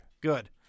Good